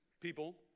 people